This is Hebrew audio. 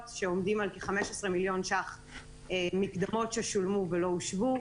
שעומדים על כ-15 מיליון שקל מקדמות ששולמו ולא הושבו.